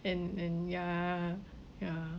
and and ya ya